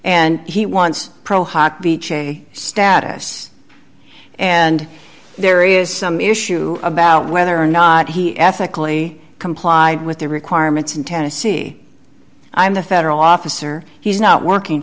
and he wants pro hot beach a status and there is some issue about whether or not he ethically comply with the requirements in tennessee i'm the federal officer he's not working